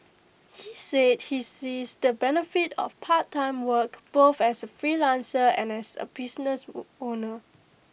he said he sees the benefit of part time work both as A freelancer and as A business owner